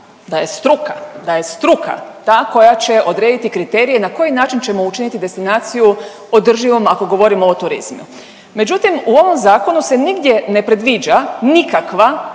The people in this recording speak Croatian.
da je struka, da je struka ta koja će odrediti kriterije na koji način ćemo učiniti destinaciju održivom ako govorimo o turizmu, međutim u ovom zakonu se nigdje ne predviđa nikakva